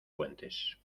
puentes